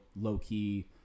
low-key